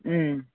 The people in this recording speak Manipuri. ꯎꯝ